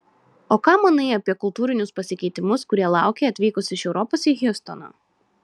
o ką manai apie kultūrinius pasikeitimus kurie laukė atvykus iš europos į hjustoną